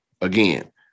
Again